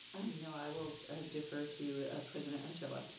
no, i will defer to president ochoa.